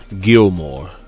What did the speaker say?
Gilmore